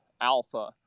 alpha